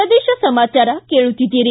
ಪ್ರದೇಶ ಸಮಾಚಾರ ಕೇಳುತ್ತಿದ್ದಿರಿ